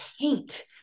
paint